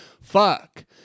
fuck